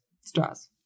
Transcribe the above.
straws